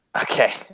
Okay